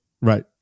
Right